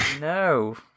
No